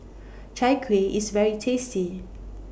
Chai Kueh IS very tasty